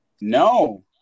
No